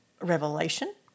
revelation